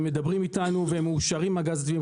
הם מאושרים מהגז הטבעי,